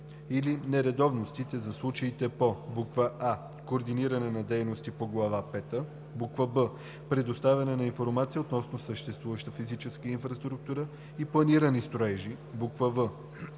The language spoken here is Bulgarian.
или нередовностите – за случаите по: а) координиране на дейности по Глава пета; б) предоставяне на информация относно съществуваща физическа инфраструктура и планирани строежи; в)